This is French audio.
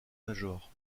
major